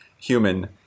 human